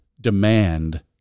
demand